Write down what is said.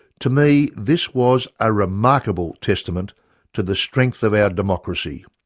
to me this was a remarkable testament to the strength of our democracy,